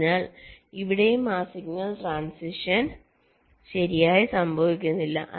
അതിനാൽ ഇവിടെയും ആ സിഗ്നൽ ട്രാന്സിഷൻ ശരിയായി സംഭവിക്കുന്നില്ല